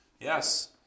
yes